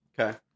Okay